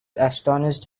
astonished